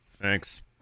Thanks